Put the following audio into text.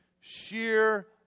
sheer